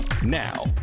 Now